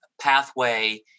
pathway